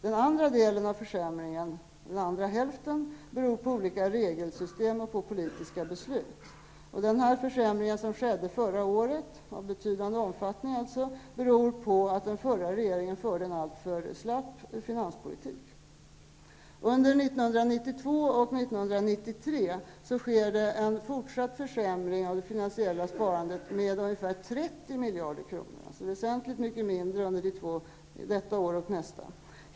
Den andra delen av försämringen, den andra hälften, beror på olika regelsystem och på politiska beslut. Den försämring av betydande omfattning som skedde förra året beror alltså på att den förra regeringen förde en alltför slapp finanspolitik. Under 1992 och 1993 sker en fortsatt försämring av det finansiella sparandet med ungefär 30 miljarder kronor, alltså väsentligt mycket mindre.